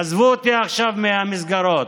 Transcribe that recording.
עזבו אותי עכשיו מהמסגרות.